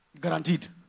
Guaranteed